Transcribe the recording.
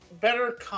better